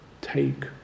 take